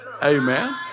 Amen